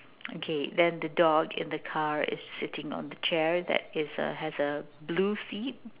okay then the dog in the car is sitting on the chair that is a has a blue seat